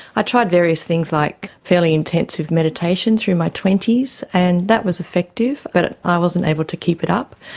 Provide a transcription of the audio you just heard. i tried various things like fairly intensive meditation through my twenty s, and that was effective. but i wasn't able to keep it up.